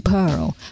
Pearl